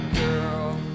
Girl